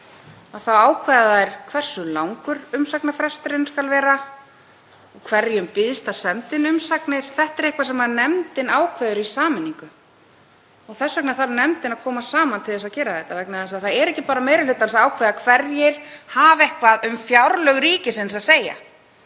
saman ákveða þær hversu langur umsagnarfresturinn skal vera og hverjum býðst að senda inn umsagnir. Þetta er eitthvað sem nefndin ákveður í sameiningu. Þess vegna þarf nefndin að koma saman til þess að gera þetta, vegna þess að það er ekki bara meiri hlutans að ákveða hverjir hafa eitthvað um fjárlög ríkisins að segja.